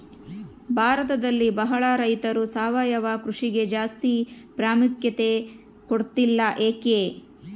ಭಾರತದಲ್ಲಿ ಬಹಳ ರೈತರು ಸಾವಯವ ಕೃಷಿಗೆ ಜಾಸ್ತಿ ಪ್ರಾಮುಖ್ಯತೆ ಕೊಡ್ತಿಲ್ಲ ಯಾಕೆ?